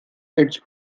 its